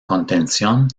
contención